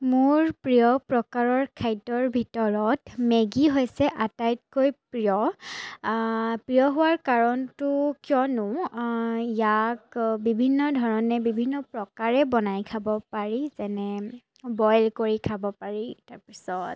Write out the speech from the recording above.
মোৰ প্ৰিয় প্ৰকাৰৰ খাদ্যৰ ভিতৰত মেগি হৈছে আটাইতকৈ প্ৰিয় প্ৰিয় হোৱাৰ কাৰণটো কিয়নো ইয়াক বিভিন্ন ধৰণে বিভিন্ন প্ৰকাৰে বনাই খাব পাৰি যেনে বইল কৰি খাব পাৰি তাৰপিছত